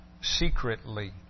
secretly